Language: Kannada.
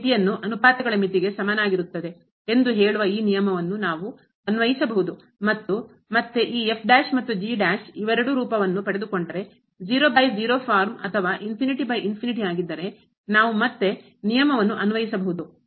ಈ ಮಿತಿಯನ್ನು ಅನುಪಾತಗಳ ಮಿತಿಗೆ ಸಮನಾಗಿರುತ್ತದೆ ಎಂದು ಹೇಳುವ ಈ ನಿಯಮವನ್ನು ನಾವು ಅನ್ವಯಿಸಬಹುದು ಮತ್ತು ಮತ್ತೆ ಈ ಮತ್ತು ಇವೆರಡೂ ರೂಪವನ್ನು ಪಡೆದುಕೊಂಡರೆ ಫಾರ್ಮ್ ಅಥವಾ ಆಗಿದ್ದರೆ ನಾವು ಮತ್ತೆ ನಿಯಮವನ್ನು ಅನ್ವಯಿಸಬಹುದು